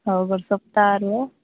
ହଉ ଦସ୍ତଖତ୍ ଟା ନିଅ